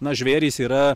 na žvėrys yra